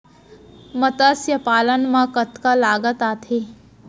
मतस्य पालन मा कतका लागत आथे?